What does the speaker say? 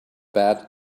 bet